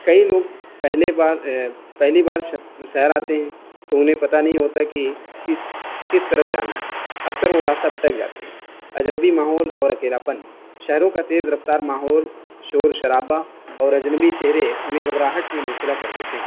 کئی لوگ پہلے بار پہلی بار شہر شہر آتے ہیں تو انہیں پتہ نہیں ہوتا کہ کس کس طرف جانا ہے اکثر وہ راستہ بھٹک جاتے ہیں اجنبی ماحول اور اکیلا پن شہروں کا تیز رفتار ماحول شور شرابہ اور اجنبی چہرے انہیں گھبراہٹ میں مبتلا کر دیتے ہیں